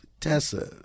Tessa